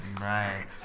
right